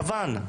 ביוון,